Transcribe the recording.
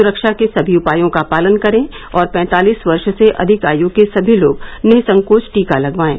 सुरक्षा के सभी उपायों का पालन करें और पैंतालीस वर्ष से अधिक आयु के सभी लोग निःसंकोच टीका लगवाएं